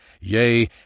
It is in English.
yea